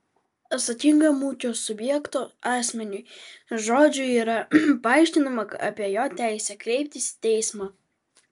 atsakingam ūkio subjekto asmeniui žodžiu yra paaiškinama apie jo teisę kreiptis į teismą